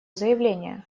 заявление